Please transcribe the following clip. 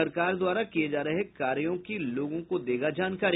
सरकार द्वारा किये जा रहे कार्यों की लोगों को देगा जानकारी